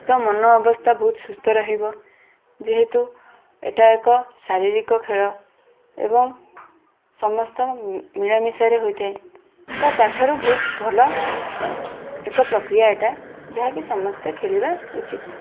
ତ ମନ ଅବସ୍ଥା ବହୁତ ସୁସ୍ଥ ରହିବ ଯେହେତୁ ଏଇଟା ଏକ ଶାରୀରିକ ଖେଳ ଏବଂ ସମସ୍ତ ମିଳାମିଶାରେ ହୋଇଥାଏ ତ ତା'ଠାରୁ ବହୁତ ଭଲ ଏକ ପ୍ରକ୍ରିୟା ଏଇଟା ଯାହାକି ସମସ୍ତେ ଖେଳିବା ଉଚିତ